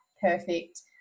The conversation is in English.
perfect